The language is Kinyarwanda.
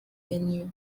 n’u